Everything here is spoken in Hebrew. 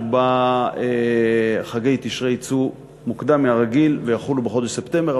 שבה חגי תשרי יצאו מוקדם מהרגיל ויחולו בחודש ספטמבר,